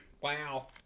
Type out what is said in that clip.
Wow